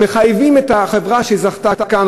ומחייבים את החברה שזכתה כאן,